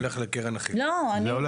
זה הולך לקרן החילוט.